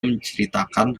menceritakan